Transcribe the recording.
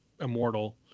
immortal